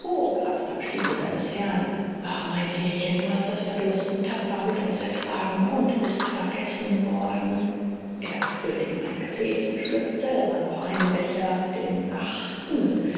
kratzt am stiefel seines herrn ach mein tierchen du hast das verdursten tapfer mit uns ertragen und bist vergessen worden erb füllt ihm ein gefäß und schlürft selber noch einen becher den achten